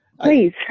Please